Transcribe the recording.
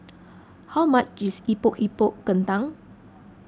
how much is Epok Epok Kentang